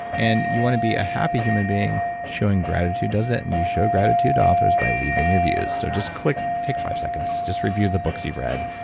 and you want to be a happy human being, showing gratitude does it, and you show gratitude to authors by leaving reviews. so just click, take five seconds, just review the books you've read.